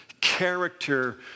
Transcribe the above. character